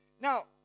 Now